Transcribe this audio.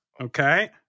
Okay